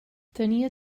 tenia